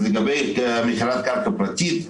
לגבי מכירת קרקע פרטית,